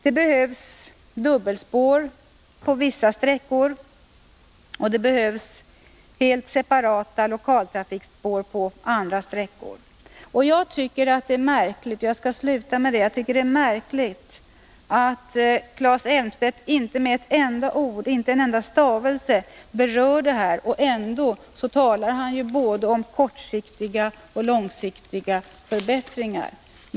Det behövs dubbelspår på vissa sträckor, och det behövs helt separata lokaltrafikspår på andra sträckor. Jag tycker det är märkligt — och jag skall sluta med att säga detta — att Claes Elmstedt inte med ett enda ord, inte med en enda stavelse, berör den här saken. Ändå talar han både om kortsiktiga och om långsiktiga förbättringar.